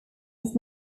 was